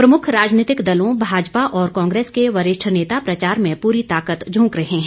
प्रमुख राजनीतिक दलों भाजपा और कांग्रेस के वरिष्ठ नेता प्रचार में प्री ताकत झोंक रहे हैं